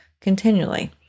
continually